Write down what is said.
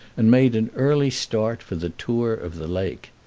and made an early start for the tour of the lake.